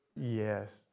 Yes